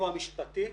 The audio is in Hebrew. הסיוע המשפטי,